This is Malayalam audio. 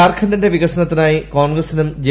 ജാർഖണ്ഡിി്ല്ന്റ് വികസനത്തിനായി കോൺഗ്രസിനും ജെ